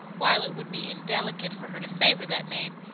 while it would be indelicate for her to favor that name,